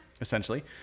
essentially